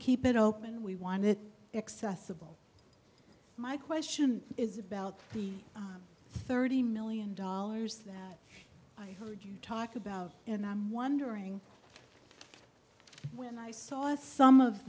keep it open we want it accessible my question is about the thirty million dollars that i heard you talk about and i'm wondering when i saw some of